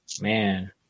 Man